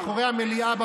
מאחורי המליאה,